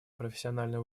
профессиональный